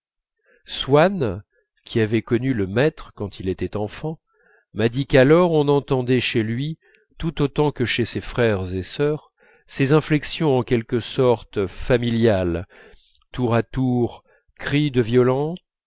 swann qui avait connu le maître quand il était enfant m'a dit qu'alors on entendait chez lui tout autant que chez ses frères et sœurs ces inflexions en quelque sorte familiales tour à tour cris de violente